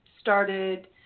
started